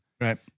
Right